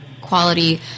quality